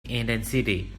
intensity